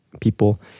people